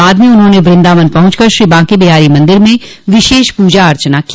बाद में उन्होंने वृन्दावन पहुंचकर श्री बांके बिहारी मन्दिर में विशेष पूजा अर्चना की